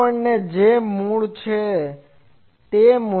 આપણને જે મળે છે તે છે